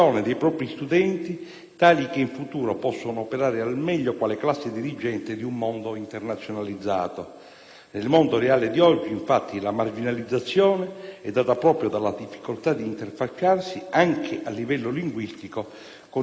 tale che in futuro possano operare al meglio quale classe dirigente di un mondo internazionalizzato: nel mondo reale di oggi, infatti, la marginalizzazione è data proprio dalla difficoltà di interfacciarsi, anche a livello linguistico, con il resto del mondo.